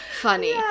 funny